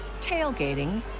tailgating